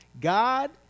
God